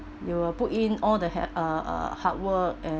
you will put in all the ha~ uh uh hard work and